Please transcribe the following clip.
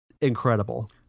incredible